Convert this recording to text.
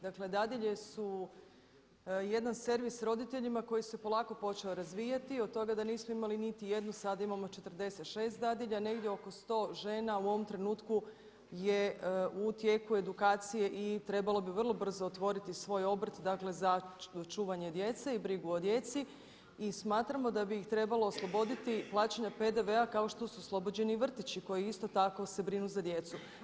Dakle dadilje su jedan servis roditeljima koji se polako počeo razvijati i od toga da nismo imali niti jednu, sada imamo 46 dadilja, negdje oko 100 žena u ovom trenutku je u tijeku edukacije i trebalo bi vrlo brzo otvoriti svoj obrt za čuvanje djece i brigu o djeci i smatramo da bi ih trebalo osloboditi plaćanja PDV-a kao što su oslobođeni vrtići koji isto tako se brinu za djecu.